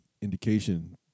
indication